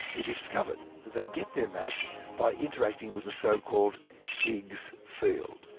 we discovered they get their mass by interacting with the so-called higgs field.